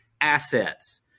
assets